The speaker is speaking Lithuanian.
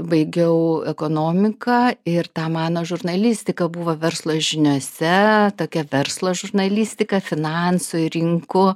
baigiau ekonomiką ir ta mano žurnalistika buvo verslo žiniose tokia verslo žurnalistika finansų rinkų